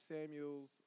Samuels